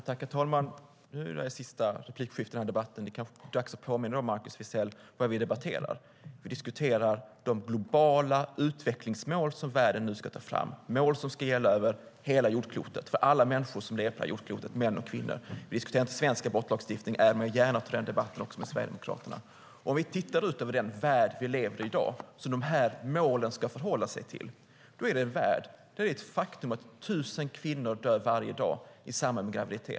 Herr talman! Det här är det sista replikskiftet i den här debatten, och det kanske är dags att påminna Markus Wiechel vad det är vi debatterar. Vi diskuterar de globala utvecklingsmål som världen nu ska ta fram. Det är mål som ska gälla över hela jordklotet, för alla människor som lever på jordklotet, män som kvinnor. Vi diskuterar inte svensk abortlagstiftning, även om jag gärna tar den debatten med Sverigedemokraterna också. Om vi tittar ut över den värld vi lever i i dag och som målen ska förhålla sig till ser vi att det är en värld där det är ett faktum att 1 000 kvinnor varje dag dör i samband med graviditet.